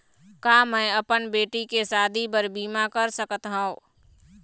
का मैं अपन बेटी के शादी बर बीमा कर सकत हव?